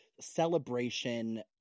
celebration